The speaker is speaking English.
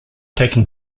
taken